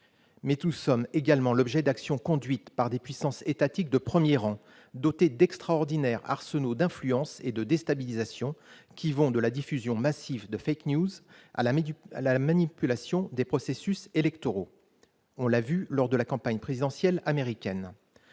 ». Nous sommes également l'objet d'actions conduites par des puissances étatiques de premier rang, dotées d'extraordinaires arsenaux d'influence et de déstabilisation, qui vont de la diffusion massive de à la manipulation des processus électoraux, comme on l'a vu lors de la campagne présidentielle américaine.